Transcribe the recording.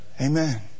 Amen